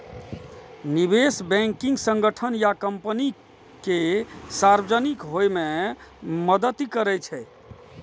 निवेश बैंकिंग संगठन नया कंपनी कें सार्वजनिक होइ मे मदति करै छै